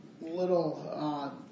little